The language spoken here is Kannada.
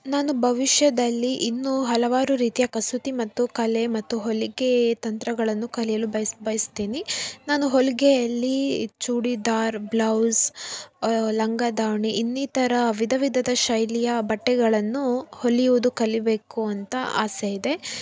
ನಾನು ಭವಿಷ್ಯದಲ್ಲಿ ಇನ್ನೂ ಹಲವಾರು ರೀತಿಯ ಕಸೂತಿ ಮತ್ತು ಕಲೆ ಮತ್ತು ಹೊಲಿಗೆ ತಂತ್ರಗಳನ್ನು ಕಲಿಯಲು ಬಯಸು ಬಯಸ್ತೀನಿ ನಾನು ಹೊಲಿಗೆಯಲ್ಲಿ ಚೂಡಿದಾರ್ ಬ್ಲೌಸ್ ಲಂಗ ದಾವಣಿ ಇನ್ನಿತರ ವಿಧ ವಿಧದ ಶೈಲಿಯ ಬಟ್ಟೆಗಳನ್ನು ಹೊಲಿಯುವುದು ಕಲಿಯಬೇಕು ಅಂತ ಆಸೆ ಇದೆ